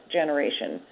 generation